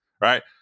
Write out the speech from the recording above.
Right